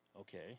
Okay